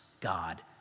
God